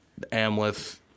Amleth